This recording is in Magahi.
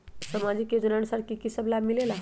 समाजिक योजनानुसार कि कि सब लाब मिलीला?